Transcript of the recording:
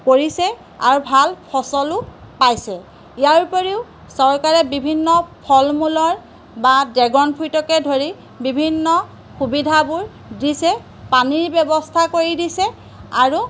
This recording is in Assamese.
কৰিছে আৰু ভাল ফচলো পাইছে ইয়াৰ উপৰিও চৰকাৰে বিভিন্ন ফল মূলৰ বা ড্ৰেগন ফ্ৰুইটকে ধৰি বিভিন্ন সুবিধাবোৰ দিছে পানীৰ ব্যৱস্থা কৰি দিছে আৰু